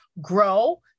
grow